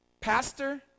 pastor